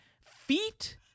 feet